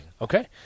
Okay